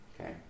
Okay